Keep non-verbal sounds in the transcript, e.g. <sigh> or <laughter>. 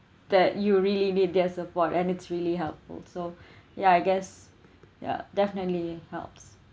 that you really need their support and it's really helpful so <breath> ya I guess yeah definitely helps